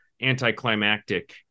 anticlimactic